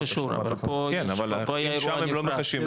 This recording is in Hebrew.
זה לא קשור, פה היה אירוע נפרד.